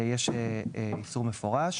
יש איסור מפורש.